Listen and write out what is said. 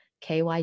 KY